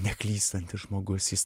neklystantis žmogus jis